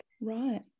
Right